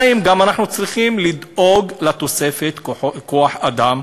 2. אנחנו צריכים לדאוג גם לתוספת כוח-אדם,